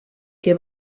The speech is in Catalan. que